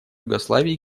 югославии